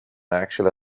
actually